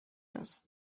است